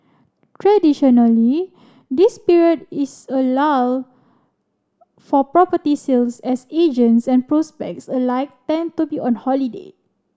traditionally this period is a lull for property sales as agents and prospects alike tend to be on holiday